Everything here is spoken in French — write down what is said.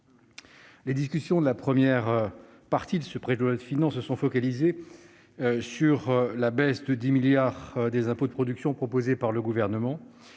Les discussions de la première partie de ce projet de loi de finances se sont focalisées sur la baisse de 10 milliards d'euros des impôts de production proposée par le Gouvernement.